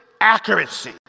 accuracy